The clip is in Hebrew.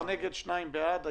11 נגד, שניים בעד.